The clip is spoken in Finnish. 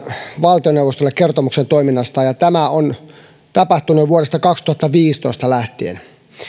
valtioneuvostolle kertomuksen toiminnastaan ja tämä on tapahtunut jo vuodesta kaksituhattaviisitoista lähtien